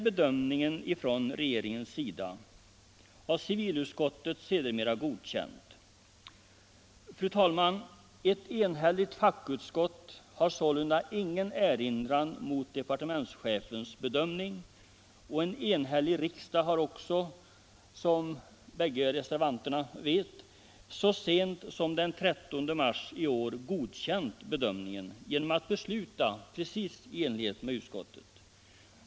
Ett enhälligt fackutskott har sålunda ”ingen erinran” mot departementschefens bedömning, och en enhällig riksdag har också, som bägge reservanterna vet, så sent som den 13 mars i år godkänt bedömningen genom att besluta precis enligt utskottets förslag.